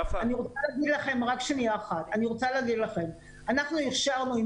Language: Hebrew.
אנחנו הכשרנו,